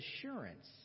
assurance